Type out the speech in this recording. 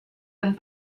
and